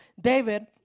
David